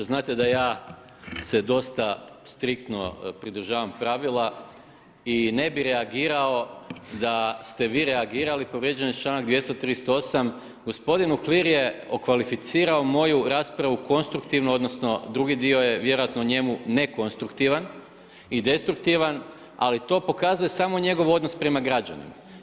Znate da ja se dosta striktno pridržavam pravila i ne bi reagirao da ste vi reagirali, povrijeđen je članak 238. gospodin Uhlir je okvalificirao moju raspravu konstruktivnom odnosno drugi dio vjerojatno njemu nekonstruktivan i destruktivan, ali to pokazuje samo njegov odnos prema građanima.